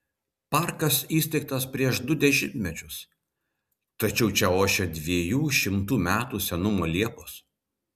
parkas įsteigtas prieš du dešimtmečius tačiau čia ošia dviejų šimtų metų senumo liepos